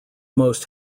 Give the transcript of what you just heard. most